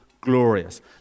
glorious